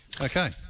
Okay